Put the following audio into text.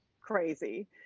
crazy